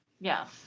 Yes